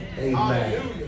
amen